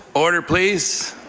order, please.